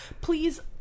please